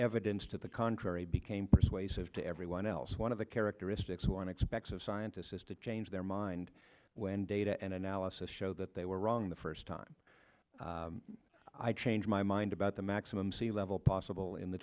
evidence to the contrary became persuasive to everyone else one of the characteristics one expects of scientists is to change their mind when data and analysis show that they were wrong the first time i changed my mind about the maximum sea level possible in the